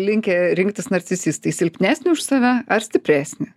linkę rinktis narcisistai silpnesnį už save ar stipresnį